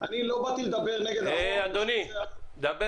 אמרתי שאני אשמח